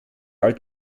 alt